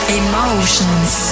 emotions